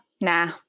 nah